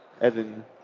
Evan